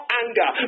anger